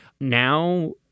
Now